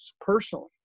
personally